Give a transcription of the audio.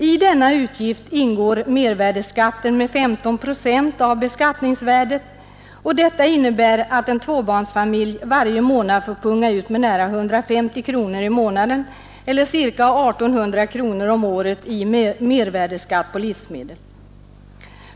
I denna utgift ingår mervärdeskatten med 15 procent av beskattningsvärdet. Detta innebär att en tvåbarnsfamilj varje månad får punga ut med nära 150 kronor eller ca 1 800 kronor om året i mervärdeskatt på livsmedel.